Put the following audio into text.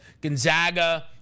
Gonzaga